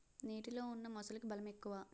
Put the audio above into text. నీటిలో ఉన్న మొసలికి బలం ఎక్కువ